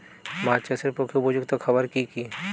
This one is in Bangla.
মাছ চাষের পক্ষে উপযুক্ত খাবার কি কি?